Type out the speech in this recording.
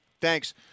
thanks